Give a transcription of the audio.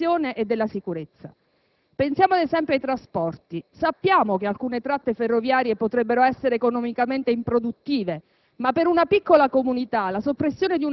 all'abbassamento della qualità, dell'occupazione e della sicurezza. Pensiamo, ad esempio, ai trasporti. Sappiamo che alcune tratte ferroviarie potrebbero essere economicamente improduttive.